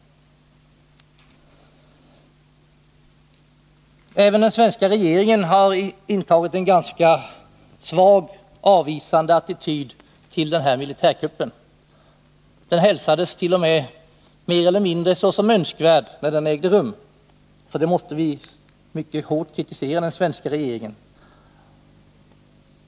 Även den svenska regeringen har intagit en ganska svagt avvisande attityd till den här militärkuppen. Den hälsades t.o.m. som mer eller mindre önskvärd när den ägde rum. För detta måste vi mycket hårt kritisera den svenska regeringen.